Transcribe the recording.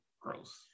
gross